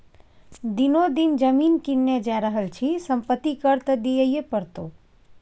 दिनो दिन जमीन किनने जा रहल छी संपत्ति कर त दिअइये पड़तौ